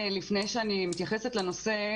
לפני שאני מתייחסת לנושא,